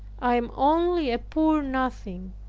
i am only a poor nothing.